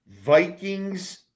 Vikings